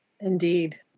Indeed